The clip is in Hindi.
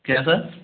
क्या सर